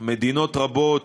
מדינות רבות,